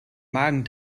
magen